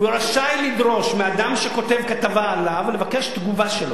רשאי לדרוש מאדם שכותב כתבה עליו לבקש תגובה שלו.